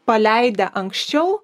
paleidę anksčiau